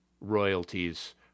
royalties